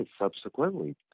subsequently